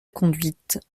conduite